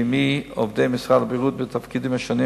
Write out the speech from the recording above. ועמי עובדי משרד הבריאות בתפקידים השונים,